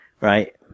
Right